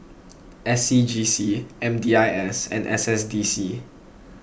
S C G C M D I S and S S D C